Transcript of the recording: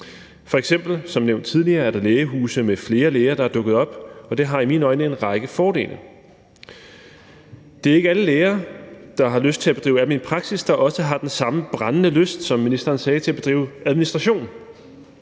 der f.eks. dukket lægehuse med flere læger op, og det har i mine øjne en række fordele. Det er ikke alle de læger, der har lyst til at drive almen praksis, som også har den samme brændende lyst, som ministeren sagde, til at bedrive administration.